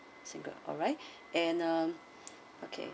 single alright and uh okay